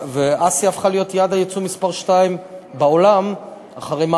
ואסיה הפכה להיות יעד היצוא מספר שתיים בעולם אחרי מערב-אירופה.